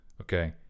okay